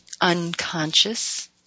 unconscious